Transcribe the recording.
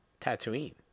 Tatooine